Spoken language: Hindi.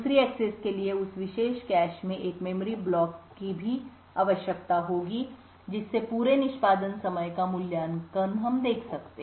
दूसरी एक्सेस के लिए उस विशेष कैश में एक मेमोरी ब्लॉक की भी आवश्यकता होगी जिससे पूरे निष्पादन समय का मूल्यांकन हम देख सकें